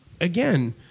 again